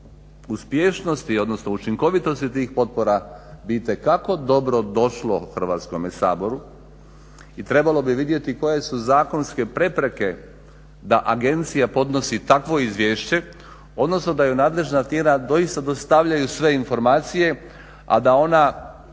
uspješnosti odnosno učinkovitosti tih potpora bi itekako dobro došlo Hrvatskome saboru i trebalo bi vidjeti koje su zakonske prepreke da agencija podnosi takvo izvješće odnosno da joj nadležna tijela doista dostavljaju sve informacije a da ona